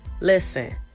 listen